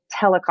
telecom